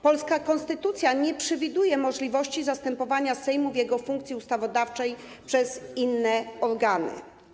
Polska konstytucja nie przewiduje możliwości zastępowania Sejmu w jego funkcji ustawodawczej przez inne organy.